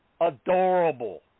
Adorable